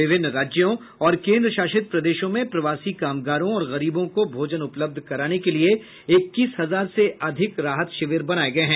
विभिन्न राज्यों और केंद्र शासित प्रदेशों में प्रवासी कामगारों और गरीबों को भोजन उपलब्ध कराने के लिए इक्कीस हजार से अधिक राहत शिविर बनाये गये हैं